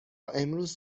امروز